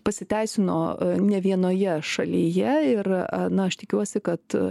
pasiteisino ne vienoje šalyje ir na aš tikiuosi kad